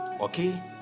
okay